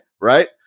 right